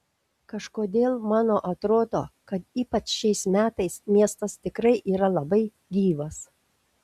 kažkodėl mano atrodo kad ypač šiais metais miestas tikrai yra labai gyvas